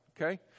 Okay